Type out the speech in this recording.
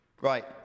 Right